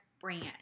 brand